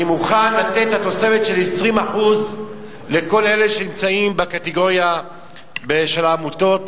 אני מוכן לתת את התוספת של 20% לכל אלה שנמצאים בקטגוריה של העמותות.